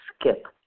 skip